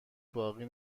باقی